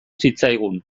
zitzaigun